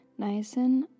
niacin